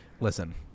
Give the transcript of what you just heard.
Listen